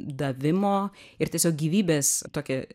davimo ir tiesiog gyvybės tokią